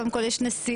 קודם כול יש נשיאות,